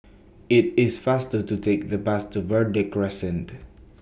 IT IS faster to Take The Bus to Verde Crescent